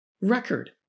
record